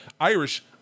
Irish